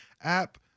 app